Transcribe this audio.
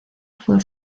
fue